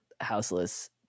houseless